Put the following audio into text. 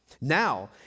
Now